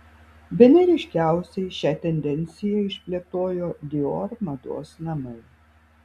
bene ryškiausiai šią tendenciją išplėtojo dior mados namai